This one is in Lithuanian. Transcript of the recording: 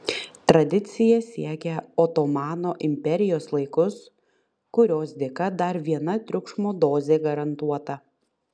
tradicija siekia otomano imperijos laikus kurios dėka dar viena triukšmo dozė garantuota